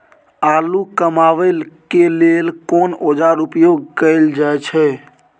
आलू कमाबै के लेल कोन औाजार उपयोग कैल जाय छै?